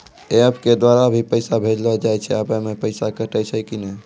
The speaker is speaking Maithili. एप के द्वारा भी पैसा भेजलो जाय छै आबै मे पैसा कटैय छै कि नैय?